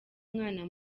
mwana